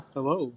Hello